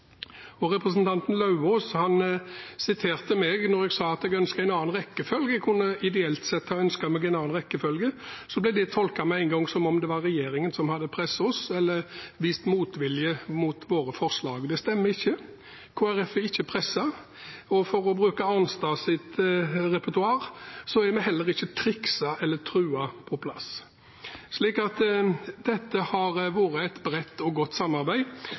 og representanten Lauvås siterte meg når jeg sa at jeg ideelt sett kunne ha ønsket meg en annen rekkefølge. Da ble det tolket med en gang som om det var regjeringen som hadde presset oss, eller vist motvilje mot våre forslag. Det stemmer ikke. Kristelig Folkeparti er ikke presset, og for å bruke representanten Arnstads repertoar så er vi heller ikke trikset eller truet på plass. Dette har vært et bredt og godt samarbeid,